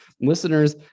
listeners